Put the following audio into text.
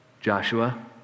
Joshua